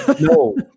no